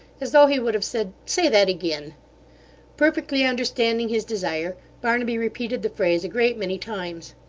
as though he would have said, say that again perfectly understanding his desire, barnaby repeated the phrase a great many times.